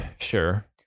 Sure